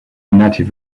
native